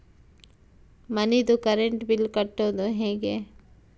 ಮನಿದು current bill ಕಟ್ಟೊದು ಹೇಗೆ?